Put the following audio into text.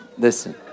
Listen